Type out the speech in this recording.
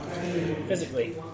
Physically